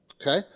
okay